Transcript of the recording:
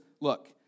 Look